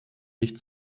nicht